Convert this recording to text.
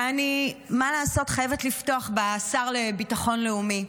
ואני, מה לעשות, חייבת לפתוח בשר לביטחון לאומי,